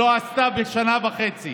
לא עשתה בשנה וחצי.